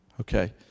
Okay